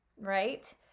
right